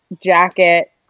jacket